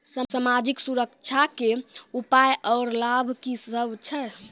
समाजिक सुरक्षा के उपाय आर लाभ की सभ छै?